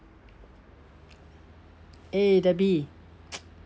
eh debbie